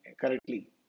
correctly